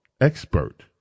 expert